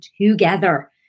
together